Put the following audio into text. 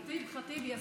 ח'טיב יאסין.